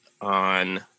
on